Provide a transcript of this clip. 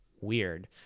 weird